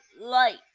light